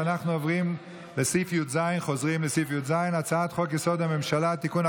אנחנו חוזרים לסעיף י"ז: הצעת חוק-יסוד: הממשלה (תיקון,